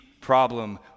problem